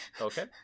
Okay